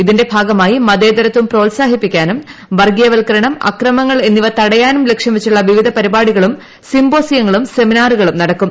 ഇതിന്റെ ഭാഗമായി മതേതരത്വം പ്രോത്സാഹിപ്പിക്കാനും വർഗ്ഗീയവൽക്കരണം അക്രമങ്ങൾ എന്നിവ തടയാനും ലക്ഷൃംവച്ചുള്ള വിവിധ പരിപാടികളും സിംപോസിയങ്ങളും സെമിനാറുകളും നടക്കും